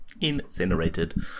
incinerated